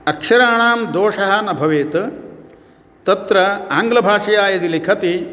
अक्षराणां दोषः न भवेत् तत्र आङ्ग्लभाषया यदि लिखति